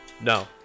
No